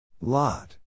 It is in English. Lot